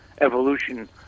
evolution